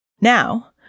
Now